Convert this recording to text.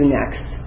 next